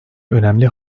önemli